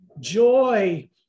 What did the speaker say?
Joy